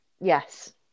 Yes